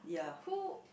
who